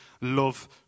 love